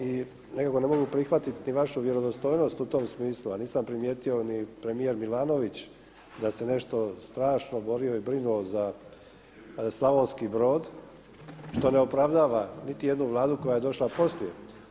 I nekako ne mogu ni prihvatiti ni vašu vjerodostojnost u tom smislu a nisam primijetio ni premijer Milanović da se nešto strašno borio i brinuo za Slavonski Brod što ne opravdava niti jednu Vladu koja je došla poslije.